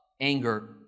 anger